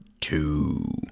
two